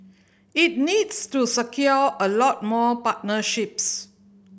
it needs to secure a lot more partnerships